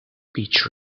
beach